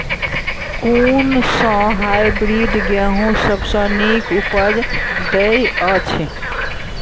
कुन सँ हायब्रिडस गेंहूँ सब सँ नीक उपज देय अछि?